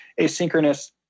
asynchronous